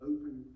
Open